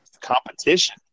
competition